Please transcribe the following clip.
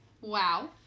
Wow